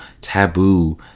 taboo